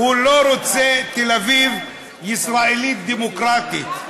הוא לא רוצה תל-אביב ישראלית דמוקרטית.